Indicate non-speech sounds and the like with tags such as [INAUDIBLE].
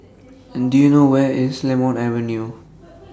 and Do YOU know Where IS Lemon Avenue [NOISE]